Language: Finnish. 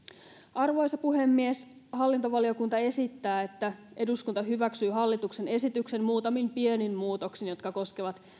arvoisa puhemies hallintovaliokunta esittää että eduskunta hyväksyy hallituksen esityksen muutamin pienin muutoksin jotka koskevat